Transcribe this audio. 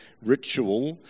ritual